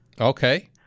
Okay